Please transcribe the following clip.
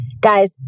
Guys